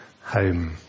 home